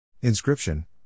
Inscription